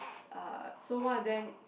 uh so one of them